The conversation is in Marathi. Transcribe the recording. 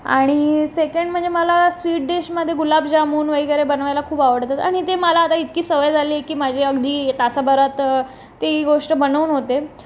आणि सेकंड म्हणजे मला स्वीट डीशमध्ये गुलाबजामुन वगैरे बनवायला खूप आवडतात आणि ते मला आता इतकी सवय झाली आहे की माझे अगदी तासाभरात ती ही गोष्ट बनवून होते